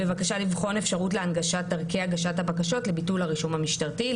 בבקשה לבחון אפשרות להנגשת דרכי הגשת הבקשות לביטול הרישום המשטרתי,